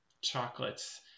chocolates